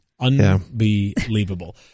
Unbelievable